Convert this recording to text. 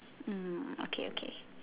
mm okay okay